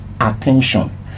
attention